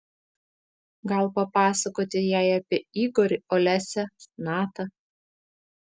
gal papasakoti jai apie igorį olesią natą